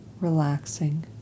relaxing